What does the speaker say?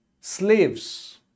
slaves